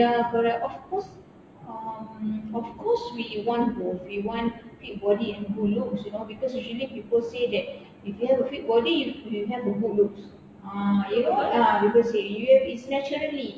ya correct of course um of course we want both we want fit body and good looks you know because usually people say that if you have a fit body you have a good looks uh you know ah people say you have it's naturally